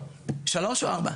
שלוש או ארבע?